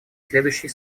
следующей